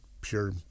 pure